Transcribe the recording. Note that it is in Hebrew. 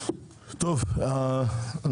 שלום רב, אני מתכבד לפתוח את הישיבה.